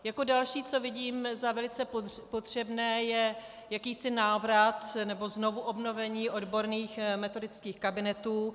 Jako další, co vidím za velice potřebné, je jakýsi návrat nebo znovuobnovení odborných metodických kabinetů.